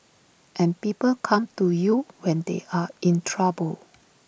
and people come to you when they are in trouble